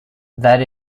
that